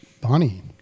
Bonnie